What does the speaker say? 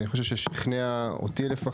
אני חושב ששכנע אותי לפחות,